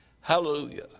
Hallelujah